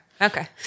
Okay